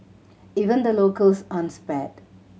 even the locals aren't spared